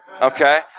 Okay